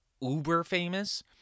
uber-famous